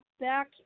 back